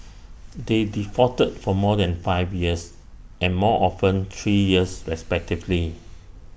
they defaulted for more than five years and more often three years respectively